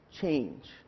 change